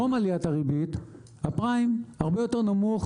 טרום עליית הריבית הפריים הרבה יותר נמוך